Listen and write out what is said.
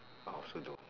I also don't know